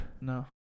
No